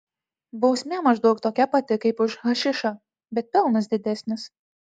bausmė maždaug tokia pati kaip už hašišą bet pelnas didesnis